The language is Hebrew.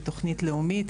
היא תוכנית לאומית,